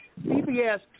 CBS